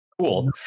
Cool